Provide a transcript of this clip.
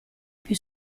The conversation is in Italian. più